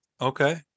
Okay